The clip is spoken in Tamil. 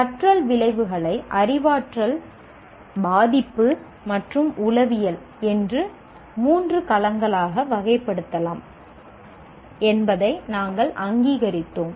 கற்றல் விளைவுகளை அறிவாற்றல் பாதிப்பு மற்றும் உளவியல் என மூன்று களங்களாக வகைப்படுத்தலாம் என்பதை நாங்கள் அங்கீகரித்தோம்